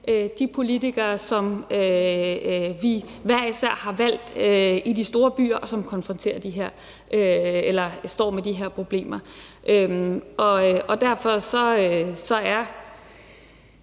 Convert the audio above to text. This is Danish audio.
de politikere, som vi hver især har valgt i de store byer, og som står med de her problemer. Derfor er